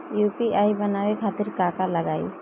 UPI बनावे खातिर का का लगाई?